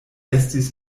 estis